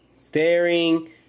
Staring